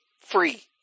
free